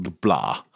blah